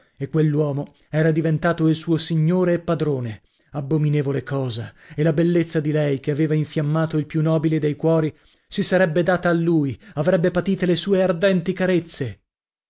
e quell'uomo era diventato il suo signore e padrone abbominevole cosa e la bellezza di lei che aveva infiammato il più nobile dei cuori si sarebbe data a lui avrebbe patite le sue ardenti carezze